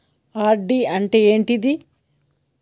RD అంటే ఏంటిది?